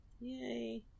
Yay